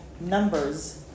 numbers